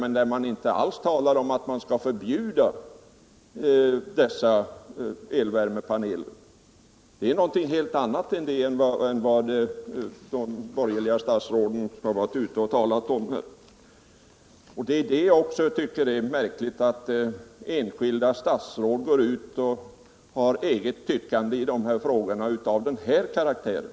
Men det talas i utredningsbetänkandet inte alls om att förbjuda elvärmepaneler. Det är något helt annat än vissa borgerliga statsråd varit ute och talat om. Jag tycker det är märkligt att enskilda statsråd går ut och tillkännager Nr 72 egna åsikter i frågor av den här karaktären.